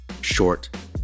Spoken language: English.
short